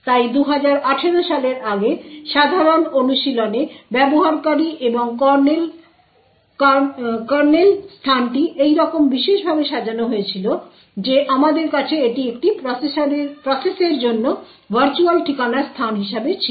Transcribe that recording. তাই 2018 সালের আগে সাধারণ অনুশীলনে ব্যবহারকারী এবং কার্নেল স্থানটি এইরকম বিশেষভাবে সাজানো হয়েছিল যে আমাদের কাছে এটি একটি প্রসেসের জন্য ভার্চুয়াল ঠিকানার স্থান হিসাবে ছিল